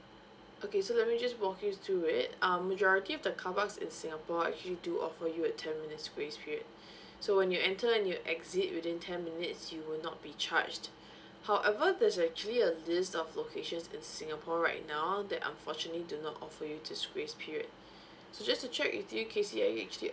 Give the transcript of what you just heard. okay so let me just walk you through it um majority of the car parks in singapore actually do offer you a ten minutes grace period so when you enter and you exit within ten minutes you will not be charged however there's actually a list of locations in singapore right now that unfortunately do not offer you this grace period so just to check with you kesy are you actually